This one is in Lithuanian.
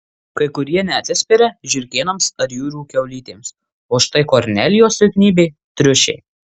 kai kurie neatsispiria žiurkėnams ar jūrų kiaulytėms o štai kornelijos silpnybė triušiai